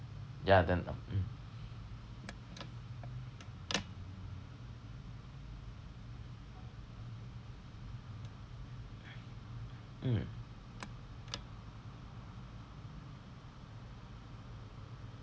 ya then mm mm